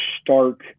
stark